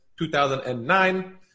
2009